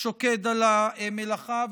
שוקד על המלאכה,